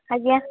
ଆଜ୍ଞା